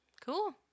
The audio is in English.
Cool